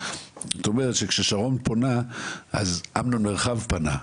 זאת אומרת שכששרון פונה אז אמנון מרחב פנה,